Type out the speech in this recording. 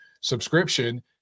subscription